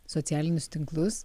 socialinius tinklus